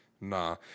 Nah